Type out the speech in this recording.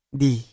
di